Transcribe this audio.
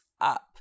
up